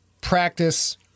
practice